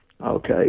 okay